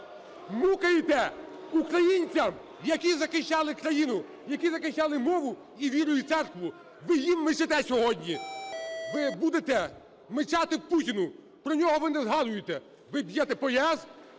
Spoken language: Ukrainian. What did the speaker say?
мукаєте українцям, які захищали країну, які захищали мову, і віру, і Церкву. Ви їм мичите сьогодні. Ви будете мичати Путіну, про нього ви не згадуєте. Ви б'єте по